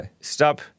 stop